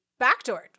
backdoored